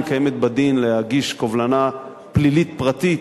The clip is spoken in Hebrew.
קיימת בדין להגיש קובלנה פלילית פרטית,